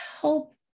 help